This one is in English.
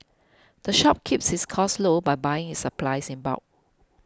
the shop keeps its costs low by buying its supplies in bulk